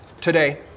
Today